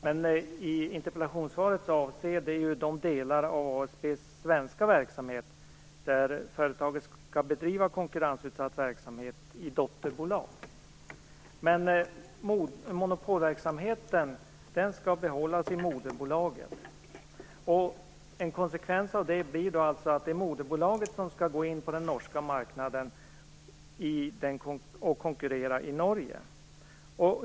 Men interpellationssvaret avser den konkurrensutsatta delen av ASB:s svenska verksamhet som skall bedrivas i dotterbolag. Men monopolverksamheten skall behållas i moderbolaget. En konsekvens av detta blir att moderbolaget går in på den norska marknaden och konkurrerar i Norge.